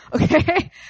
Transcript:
Okay